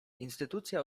instytucja